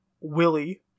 Willie